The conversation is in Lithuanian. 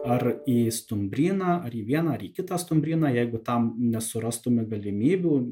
ar į stumbryną ar į vieną ar į kitą stumbryną jeigu tam nesurastume galimybių